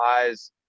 eyes